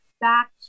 back